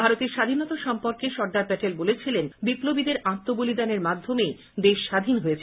ভারতের স্বাধীনতা সম্পর্কে সর্দার প্যাটেল বলেছেন বিপ্লবীদের আত্মবলিদানের মাধ্যমেই দেশ স্বাধীন হয়েছে